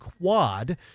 Quad